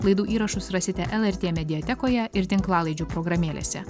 laidų įrašus rasite lrt mediatekoje ir tinklalaidžių programėlėse